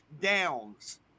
Downs